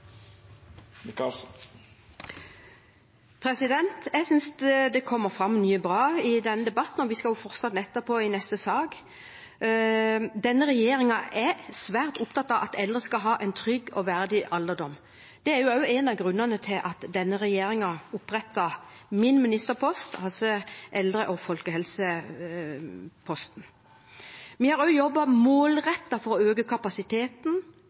til. Jeg synes det kommer fram mye bra i denne debatten – og vi skal jo fortsette den etterpå, i neste sak. Denne regjeringen er svært opptatt av at eldre skal ha en trygg og verdig alderdom. Det er også en av grunnene til at denne regjeringen opprettet min ministerpost, altså eldre- og folkehelseminister. Vi har også jobbet målrettet for å øke kapasiteten,